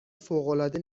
فوقالعاده